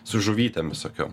su žuvytėm visokiom